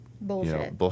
Bullshit